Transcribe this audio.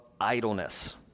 idleness